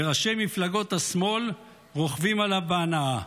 וראשי מפלגות השמאל רוכבים עליו בהנאה.